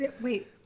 Wait